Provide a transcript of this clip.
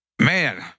Man